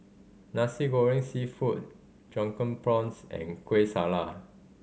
Nasi Goreng Seafood Drunken Prawns and Kueh Salat